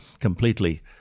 completely